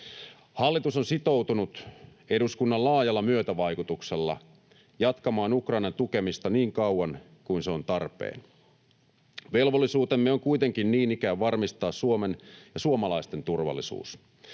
Hallitus on sitoutunut eduskunnan laajalla myötävaikutuksella jatkamaan Ukrainan tukemista niin kauan kuin se on tarpeen. Velvollisuutemme on kuitenkin niin ikään varmistaa Suomen ja suomalaisten turvallisuus.